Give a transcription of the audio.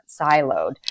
siloed